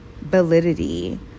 validity